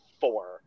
four